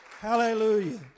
Hallelujah